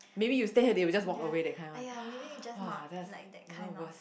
maybe you stay here they will just walk away that kind one !wah! that's even worse